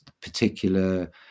particular